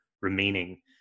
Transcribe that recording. remaining